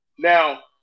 Now